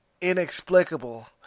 Inexplicable